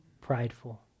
prideful